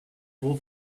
full